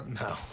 No